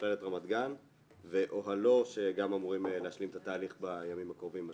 מכללת רמת גן ואוהלו שגם אמורים להשלים את התהליך בימים הקרובים,